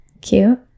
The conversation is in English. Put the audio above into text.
cute